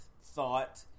thought